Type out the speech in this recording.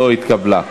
נתקבלה.